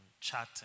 chatting